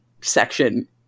section